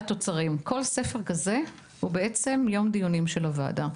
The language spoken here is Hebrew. ספר כזה הוא בעצם יום דיון של הוועדה.